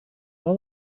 all